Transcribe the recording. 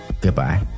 Goodbye